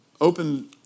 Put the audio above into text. open